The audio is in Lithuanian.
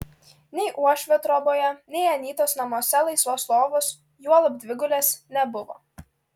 nei uošvio troboje nei anytos namuose laisvos lovos juolab dvigulės nebuvo